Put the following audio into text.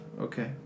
Okay